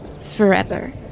forever